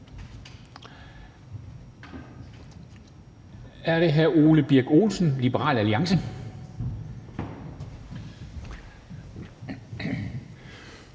er det hr. Ole Birk Olesen, Liberal Alliance.